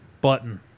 Button